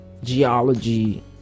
geology